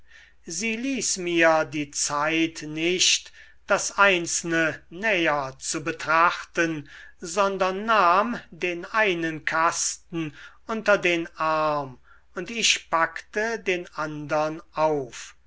sie ließ mir die zeit nicht das einzelne näher zu betrachten sondern nahm den einen kasten unter den arm und ich packte den andern auf